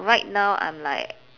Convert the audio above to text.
right now I'm like